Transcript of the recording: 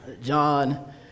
John